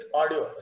audio